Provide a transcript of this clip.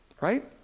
right